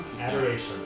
adoration